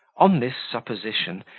on this supposition,